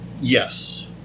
Yes